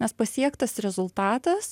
nes pasiektas rezultatas